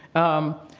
um,